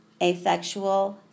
affectual